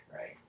right